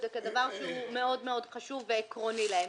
כדבר שהוא מאוד מאוד חשוב ועקרוני להם.